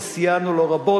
וסייענו לו רבות,